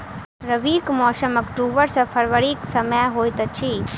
रबीक मौसम अक्टूबर सँ फरबरी क समय होइत अछि